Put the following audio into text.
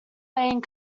lane